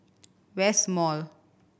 West Mall